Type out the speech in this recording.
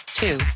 two